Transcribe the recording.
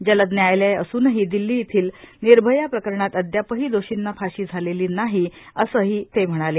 जलद न्यायालये असूनही दिल्ली येथील निर्भया प्रकरणात आदयपही दोषींना फाशी झालेली नाही असेही ते म्हणाले